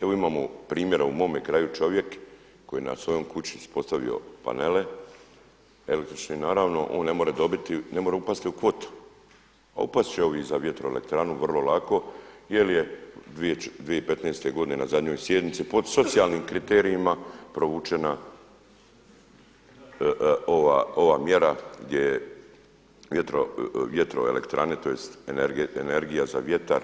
Evo imamo primjera u mome kraju čovjek koji je na svojoj kući postavio panele, električne, naravno, on ne može dobiti, ne može upasti u kvotu a upasti će ovi za vjetroelektranu vrlo lako jer je 2015. godine na zadnjoj sjednici pod socijalnim kriterijima provučena ova mjera gdje je vjetroelektrane, tj. energija za vjetar